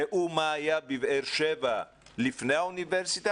ראו מה היה בבאר שבע לפני האוניברסיטה